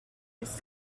its